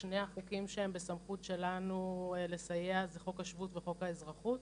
שני החוקים שהם בסמכות שלנו לסייע הם חוק השבות וחוק האזרחות.